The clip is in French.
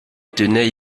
tenait